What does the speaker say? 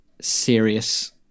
serious